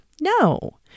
No